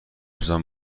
زدن